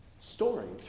stories